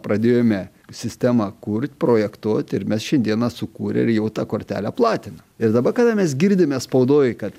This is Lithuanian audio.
pradėjome sistemą kurt projektuot ir mes šiandieną sukūrę ir jau tą kortelę platinam ir dabar kada mes girdime spaudoj kad